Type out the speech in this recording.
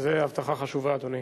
זה הבטחה חשובה, אדוני.